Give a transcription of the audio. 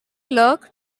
clerk